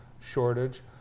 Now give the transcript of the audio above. shortage